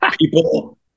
people